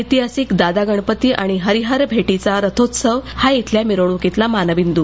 ऐतिहासिक दादा गणपती आणि हरिहर भेटीचा रथोत्सव हा इथल्या मिरवणुकीतला मानबिंदू